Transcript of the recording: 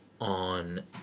on